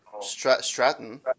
Stratton